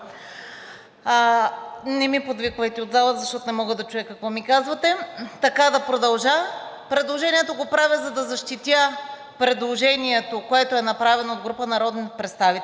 Не ми подвиквайте от залата, защото не мога да чуя какво ми казвате. Предложението го правя, за да защитя предложението, което е направено от група народни представители.